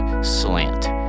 slant